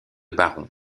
baron